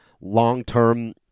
long-term